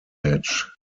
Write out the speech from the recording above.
hedge